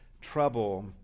trouble